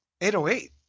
808